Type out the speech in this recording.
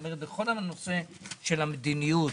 בכל הנושא של המדיניות,